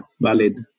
valid